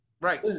Right